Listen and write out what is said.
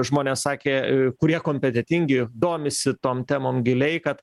žmonės sakė kurie kompetentingi domisi tom temom giliai kad